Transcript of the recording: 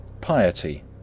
Piety